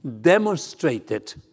demonstrated